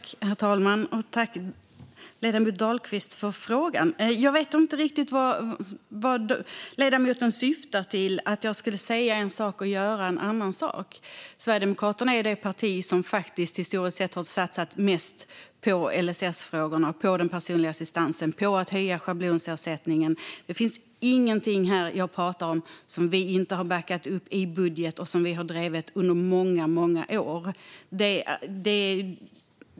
Herr talman! Tack, ledamoten Dahlqvist, för frågan! Jag vet inte riktigt vad ledamoten syftar på när han säger att jag skulle säga en sak och göra en annan. Sverigedemokraterna är faktiskt det parti som historiskt sett har satsat mest på LSS-frågorna, på den personliga assistansen och på att höja schablonersättningen. Det finns inget som jag pratar om här som vi inte har backat upp i budget. Vi har drivit detta under många, många år.